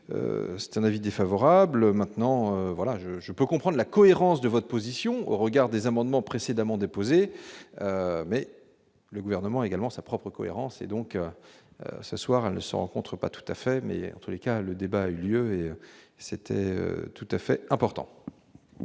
donc un avis défavorable, maintenant voilà je je peux comprendre la cohérence de votre position au regard des amendements précédemment déposée mais le gouvernement également sa propre cohérence et donc ce soir ne se rencontrent pas tout à fait, mais en tous les cas, le débat a eu lieu, c'était tout à fait important.